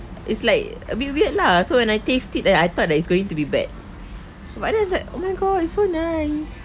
is like a bit weird lah so when I taste it eh I thought that it's going to be bad but then like oh my god it's so nice